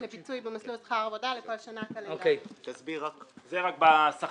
לפיצוי במסלול שכר עבודה לכל שנה קלנדרית." זה בשכר,